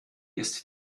ist